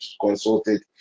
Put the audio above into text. consulted